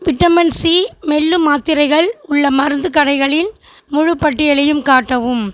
vitamin C மெல்லும் மாத்திரைகள் உள்ள மருந்துக் கடைகளின் முழு பட்டியலையும் காட்டவும்